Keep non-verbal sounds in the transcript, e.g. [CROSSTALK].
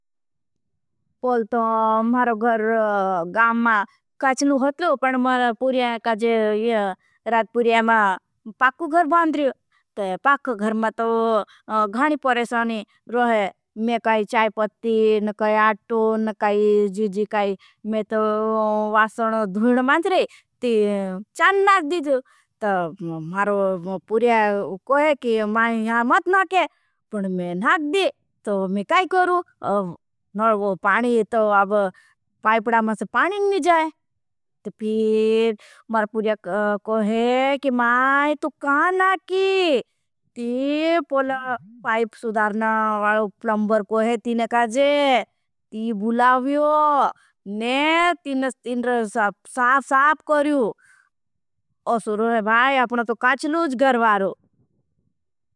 पल तो मारो घर गाँ मा काचनू होतलो पन मार पुर्या काजे राद पुर्या। मा पाकु घर बांद रियो तो पाक घर मा तो गानी परेशानी रोहे में काई। चाय पती न काई आटो न काई जीजी काई में तो वासन धुन मांत रे। ती चान नाज दीजु तो [HESITATION] मारो पुर्या कोहे माई यहां मत। नाखे पन मैं नाख दी तो मैं काई करू [HESITATION] नल पाणी। तो अब पाइपडा में से पाणी नी जाए तो मारो पुर्या कोहे माई तो काई। नाखी ती पाइप सुदारना प्लंबर कोहे तीने काजे ती बुलावियो ने तीन। साप साप करियो असुरो है भाई आपना तो काचलोज गरवारो।